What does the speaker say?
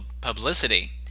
publicity